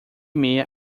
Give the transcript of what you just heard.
meia